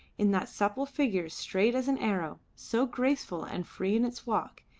in that supple figure straight as an arrow, so graceful and free in its walk,